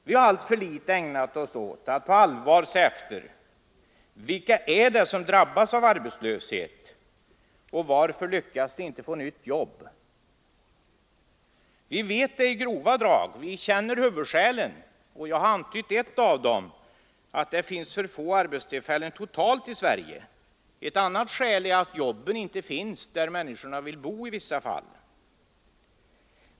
Vi har alltför litet ägnat oss åt att på allvar se efter: Vilka är det som drabbas av arbetslöshet och varför lyckas de inte få nytt jobb? Vi vet i grova drag huvudskälen. Jag har antytt ett av dem: Det finns för få arbetstillfällen totalt i Sverige. Ett annat skäl är att jobben finns i vissa fall inte där människorna bor.